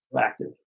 active